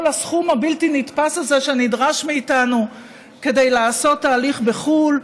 הסכום הבלתי-נתפס הזה שנדרש מאיתנו כדי לעשות תהליך בחו"ל.